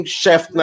chef